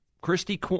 Christy